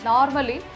Normally